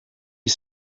you